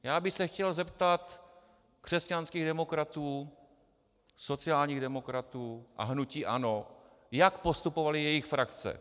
Já bych se chtěl zeptat křesťanských demokratů, sociálních demokratů a hnutí ANO, jak postupovaly jejich frakce.